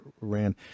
ran